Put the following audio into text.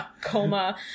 coma